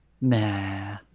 Nah